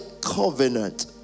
covenant